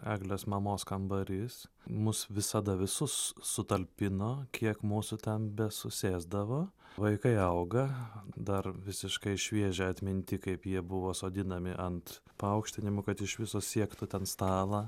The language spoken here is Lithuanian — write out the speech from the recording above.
eglės mamos kambarys mus visada visus sutalpino kiek mūsų ten besusėsdavo vaikai auga dar visiškai šviežia atminty kaip jie buvo sodinami ant paaukštinimo kad iš viso siektų ten stalą